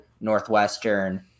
northwestern